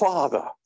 Father